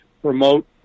promote